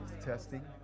testing